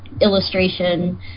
illustration